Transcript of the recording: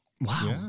Wow